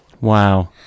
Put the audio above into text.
Wow